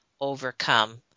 overcome